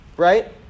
Right